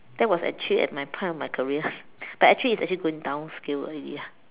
that was actually at my point of my career but actually its actually going down scale already ah